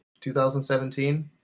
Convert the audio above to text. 2017